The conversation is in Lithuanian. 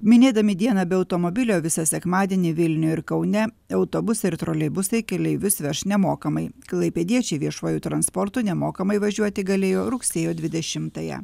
minėdami dieną be automobilio visą sekmadienį vilniuj ir kaune autobusai ir troleibusai keleivius veš nemokamai klaipėdiečiai viešuoju transportu nemokamai važiuoti galėjo rugsėjo dvidešimtąją